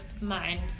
mind